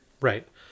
Right